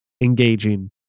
engaging